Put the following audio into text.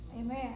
Amen